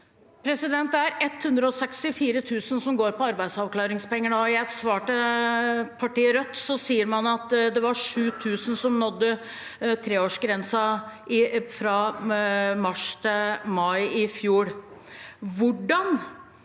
Det er 164 000 som går på arbeidsavklaringspenger nå. I et svar til partiet Rødt sier man at det var 7 000 som nådde treårsgrensen fra mars til mai i fjor. Hvordan